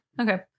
Okay